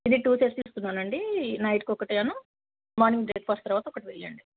ఇది two times ఇస్తున్నాను అండి నైట్కి ఒకటి గాను మార్నింగ్ బ్రేక్ఫాస్ట్ తర్వాత ఒకటి వేయండి